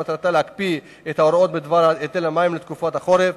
שמטרתה להקפיא את ההוראות בדבר היטל מים לתקופת החורף,